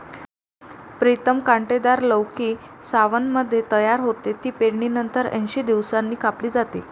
प्रीतम कांटेदार लौकी सावनमध्ये तयार होते, ती पेरणीनंतर ऐंशी दिवसांनी कापली जाते